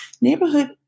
neighborhood